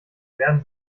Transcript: werden